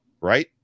right